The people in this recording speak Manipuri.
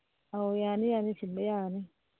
ꯑꯧ ꯌꯥꯅꯤ ꯌꯥꯅꯤ ꯁꯤꯟꯕ ꯌꯥꯅꯤ